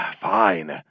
Fine